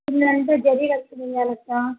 కిందంటే zari work ఉండాలక్కా